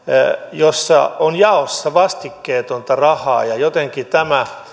jossa on jaossa vastikkeetonta rahaa ja jotenkin tämä